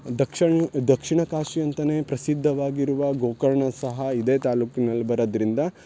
ದಕ್ಷಿಣ ದಕ್ಷಿಣ ಕಾಶಿ ಅಂತಲೇ ಪ್ರಸಿದ್ಧವಾಗಿರುವ ಗೋಕರ್ಣ ಸಹ ಇದೇ ತಾಲೂಕಿನಲ್ಲಿ ಬರೋದ್ರಿಂದ